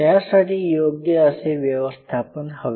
त्यासाठी योग्य असे व्यवस्थापन हवे